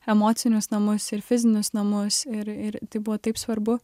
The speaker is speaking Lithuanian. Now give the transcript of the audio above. emocinius namus ir fizinius namus ir ir tai buvo taip svarbu